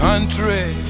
country